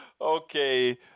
Okay